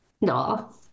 no